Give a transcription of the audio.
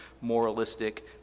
moralistic